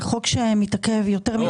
זה חוק שמתעכב יותר מדי זמן.